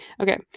Okay